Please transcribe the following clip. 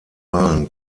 wahlen